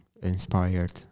inspired